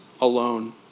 alone